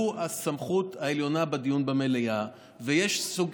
והוא הסמכות העליונה בדיון במליאה, ויש סוג,